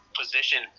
position